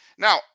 Now